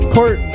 Court